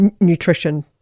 nutrition